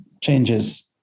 changes